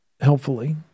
helpfully